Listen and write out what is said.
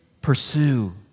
pursue